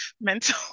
mental